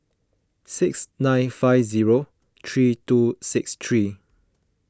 six nine five zero three two six three